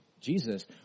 Jesus